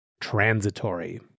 transitory